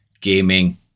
gaming